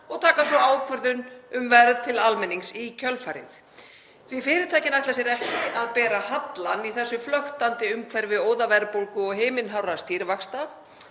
og taka svo ákvörðun um verð til almennings í kjölfarið því að fyrirtækin ætla sér ekki að bera hallann í þessu flöktandi umhverfi óðaverðbólgu og himinhárra stýrivaxta.